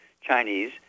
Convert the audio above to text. Chinese